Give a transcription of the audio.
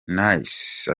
nice